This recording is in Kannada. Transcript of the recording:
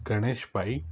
ಗಣೇಶ್ ಪೈ